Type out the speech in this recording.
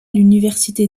l’université